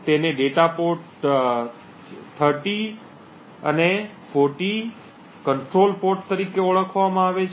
તેને data port અને 30 અને 40 નિયંત્રણ પોર્ટ તરીકે ઓળખવામાં આવે છે